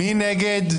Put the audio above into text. מי נגד?